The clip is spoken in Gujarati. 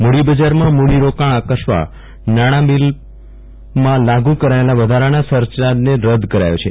મૂડીબજારમાં મૂડીરોકાણ આકર્ષવા નાણાંબીલમાં લાગુ કરાયેલા વધારાના સરચાર્જને રદ કરાયો છે